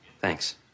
Thanks